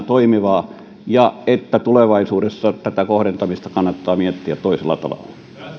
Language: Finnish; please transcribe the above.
toimivaa satovahinkojärjestelmää ja tulevaisuudessa tätä kohdentamista kannattaa miettiä toisella tavalla